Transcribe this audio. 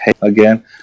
again